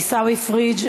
עיסאווי פריג',